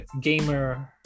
gamer